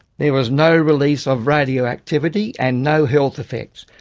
there was no release of radioactivity and no health effects.